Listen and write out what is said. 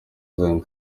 zion